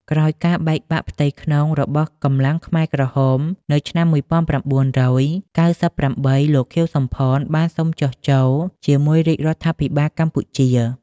ក្រោយការបែកបាក់ផ្ទៃក្នុងរបស់កម្លាំងខ្មែរក្រហម នៅឆ្នាំ ១៩៩៨ លោក ខៀវ សំផន បានសុំចុះចូលជាមួយរាជរដ្ឋាភិបាលកម្ពុជា។